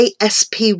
ASP